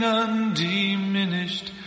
undiminished